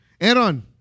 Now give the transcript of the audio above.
Aaron